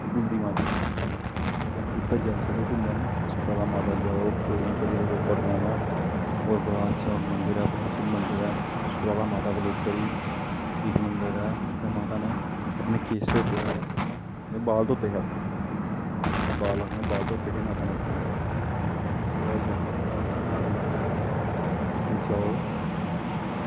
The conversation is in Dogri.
कुल दी माता ऐ ठीक ऐ उद्धर जाई सकदे ओ घूमन सुकराला माता जाओ पौड़ियां चड़ियै तुसें उप्पर जाना होर बड़ा अच्छा मंदर ऐ पराना मन्दर ऐ सुकलाला माता कोला उप्पर ई इक मंदर ऐ जित्थें माता ने अपने केस धोते हे मतलब बाल धोते हे आस आखने बाल आखने अपने बाल धोते हे माता न उत्थें उस जगह् च जाना चाहिदा ओह् धार्मक जगह् ऐ उत्थें जाओ